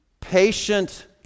patient